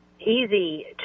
easy